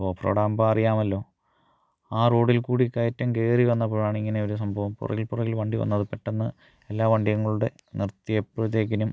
of road ആകുമ്പം അറിയാമല്ലോ ആ റോഡിൽ കൂടി കയറ്റം കയറി വന്നപ്പോഴാണ് ഇങ്ങനെ ഒരു സംഭവം പുറകിൽ പുറകിൽ വണ്ടി വന്നു അത് പെട്ടെന്ന് എല്ലാ വണ്ടിയും കൂടെ നിർത്തിയപ്പോഴത്തേക്കും